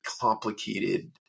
complicated